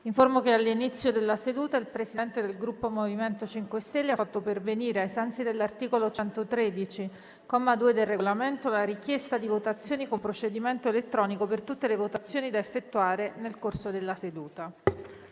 che all'inizio della seduta il Presidente del Gruppo M5S ha fatto pervenire, ai sensi dell'articolo 113, comma 2, del Regolamento, la richiesta di votazione con procedimento elettronico per tutte le votazioni da effettuare nel corso della seduta.